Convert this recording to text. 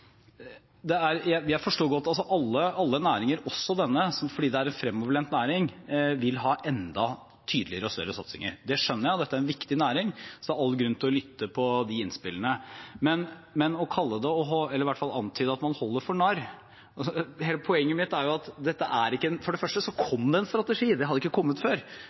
regjeringens bioøkonomistrategi. Jeg forstår godt at alle næringer, også denne, fordi det er en fremoverlent næring, vil ha enda tydeligere og større satsinger. Det skjønner jeg. Og dette er en viktig næring, så det er all grunn til å lytte til de innspillene. Men å antyde at man holder dem for narr? For det første kom det en strategi, det hadde ikke kommet før